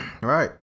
Right